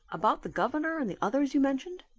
about the governor and the others you mentioned?